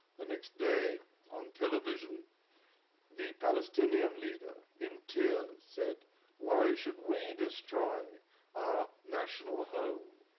the next day on television the palestinian leader, in tears, said why should we destroy our national home?